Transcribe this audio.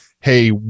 hey